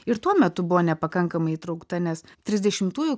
ir tuo metu buvo nepakankamai įtraukta nes trisdešimtųjų